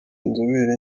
inzobere